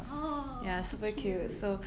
oh so cute